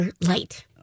light